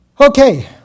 Okay